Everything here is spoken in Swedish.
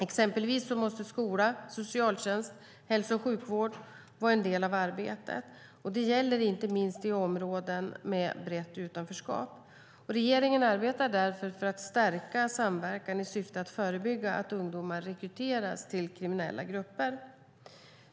Exempelvis behöver skola, socialtjänst och hälso och sjukvård vara en del av arbetet. Detta gäller inte minst i områden med utbrett utanförskap. Regeringen arbetar därför för att stärka samverkan i syfte att förebygga att ungdomar rekryteras till kriminella grupper.